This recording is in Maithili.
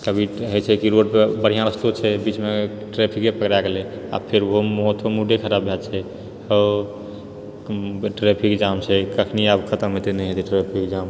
आ कभी होइ छै कि रोड पर बढ़िआ रस्तो रहै छै बीचमे ट्रेफिके पकड़ाए गेलै आब फेर ओहो तऽ मूडे खराब भए जाइ छै आ ट्रैफिके जाम छै कखनी आब खतम हेतै नहि हेतै ट्रैफिके जाम